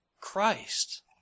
Christ